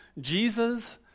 Jesus